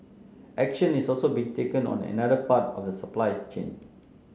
action is also being taken on another part of the supply chain